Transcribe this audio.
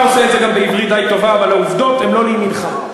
אבל העובדות הן לא לימינך,